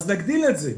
נגדיל את זה.